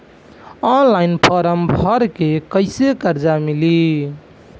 Online form भर के कैसे कर्जा मिली?